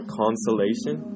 consolation